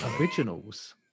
Originals